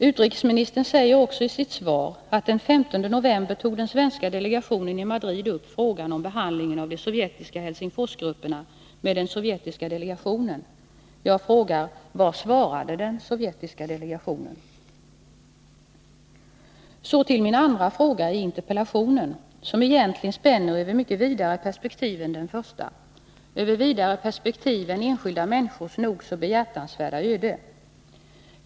Utrikesministern säger också i sitt svar, att den 15 december tog den svenska delegationen i Madrid upp frågan om behandlingen av de sovjetiska Helsingforsgrupperna med den sovjetiska delegationen. Jag vill fråga: Vad svarade den sovjetiska delegationen? Så till min andra fråga, som egentligen spänner över mycket vidare perspektiv än den första, över vidare perspektiv än enskilda människors nog så behjärtansvärda öde.